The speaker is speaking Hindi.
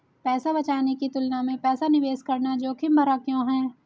पैसा बचाने की तुलना में पैसा निवेश करना जोखिम भरा क्यों है?